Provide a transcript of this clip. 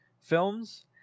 films